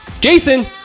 Jason